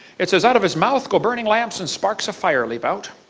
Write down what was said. it says out of his mouth go burning lamps and sparks of fire leap out.